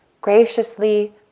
graciously